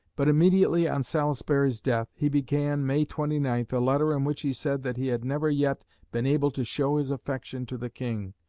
but immediately on salisbury's death he began, may twenty ninth, a letter in which he said that he had never yet been able to show his affection to the king,